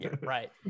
Right